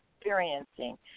experiencing